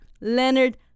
Leonard